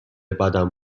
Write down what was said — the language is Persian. بدم